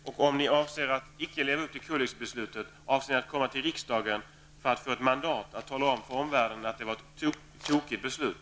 Om ni inte avser att leva upp till koldioxidbeslutet, kommer ni då att gå till riksdagen för att få ett mandat att tala om för omvärlden att det var ett tokigt beslut?